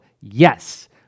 yes